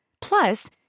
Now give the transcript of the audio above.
Plus